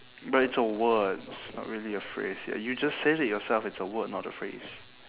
but it's a word it's not really a phrase ya you just said it yourself it's a word not a phrase